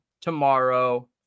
tomorrow